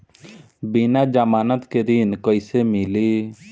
बिना जमानत के ऋण कैसे मिली?